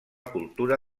cultura